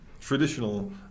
traditional